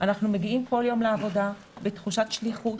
אנחנו מגיעים כל יום לעבודה בתחושת שליחות,